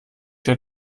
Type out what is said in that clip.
der